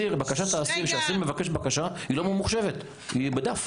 כשאסיר מבקש בקשה היא לא ממוחשבת, בדף.